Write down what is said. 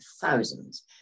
thousands